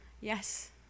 Yes